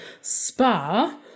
spa